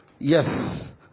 Yes